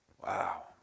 Wow